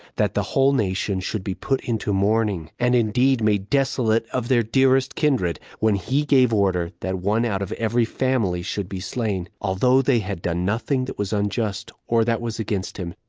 that the whole nation should be put into mourning, and indeed made desolate of their dearest kindred, when he gave order that one out of every family should be slain, although they had done nothing that was unjust, or that was against him,